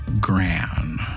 Gran